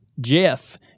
Jeff